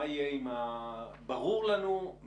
ברור לנו,